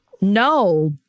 no